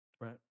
Right